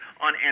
on